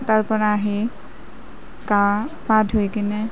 তাৰপৰা আহি গা পা ধুই কিনে